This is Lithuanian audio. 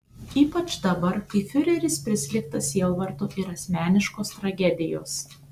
ypač dabar kai fiureris prislėgtas sielvarto ir asmeniškos tragedijos